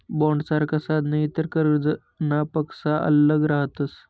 बॉण्डसारखा साधने इतर कर्जनापक्सा आल्लग रहातस